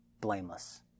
blameless